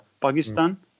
Pakistan